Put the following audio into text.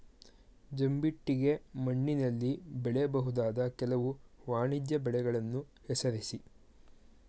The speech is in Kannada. ಜಂಬಿಟ್ಟಿಗೆ ಮಣ್ಣಿನಲ್ಲಿ ಬೆಳೆಯಬಹುದಾದ ಕೆಲವು ವಾಣಿಜ್ಯ ಬೆಳೆಗಳನ್ನು ಹೆಸರಿಸಿ?